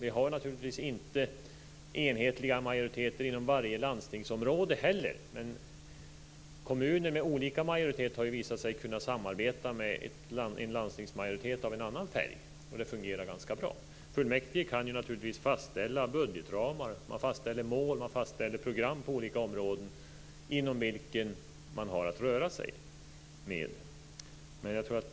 Det finns inte heller enhetliga majoriteter inom varje landstingsområde. Men i kommuner med olika majoriteter har det visat sig att man har kunna samarbeta med en landstingsmajoritet av en annan färg, och det fungerar ganska bra. Fullmäktige kan naturligtvis fastställa budgetramar, mål och program på de olika områden som man har att röra sig inom.